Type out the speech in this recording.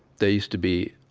there use to be